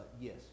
Yes